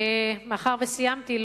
מאחר שסיימתי,